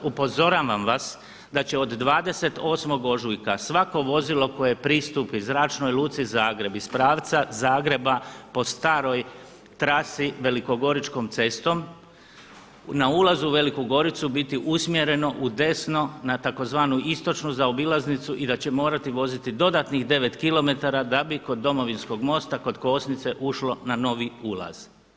Upozoravam vas da će od 28. ožujka svako vozilo koje pristupi Zračnoj luci Zagreb iz pravca Zagreba po staroj trasi velikogoričkom cestom na ulazu u Veliko Goricu biti usmjereno u desno na tzv. istočnu zaobilaznicu i da će morati voziti dodatnih 9km da bi kod Domovinskog mosta, kod Kosnice ušlo na novi ulaz.